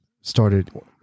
started